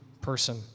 person